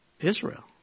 Israel